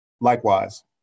Likewise